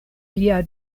lia